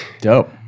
Dope